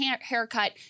haircut